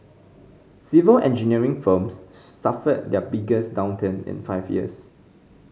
civil engineering firms suffered their biggest downturn in five years